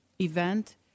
event